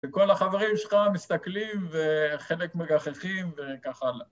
‫וכל החברים שלך מסתכלים, ‫וחלק מגכחים, וכך הלאה.